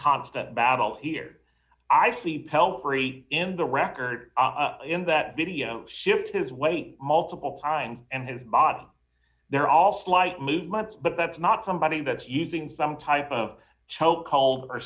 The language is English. constant battle here i sleep l three in the record in that video shifts his weight multiple times and his body they're all slight movements but that's not somebody that's using some type of